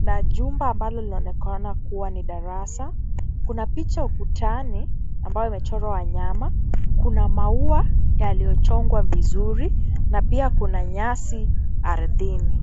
na jumba ambalo linaonekana kuwa darasa, kuna picha ukutani ambayo imechorwa nyama, kuna maua yaliyochongwa vizuri na pia kuna nyasi ardhini.